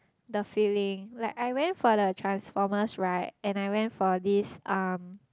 the feeling like I went for the Transformers ride and I went for this um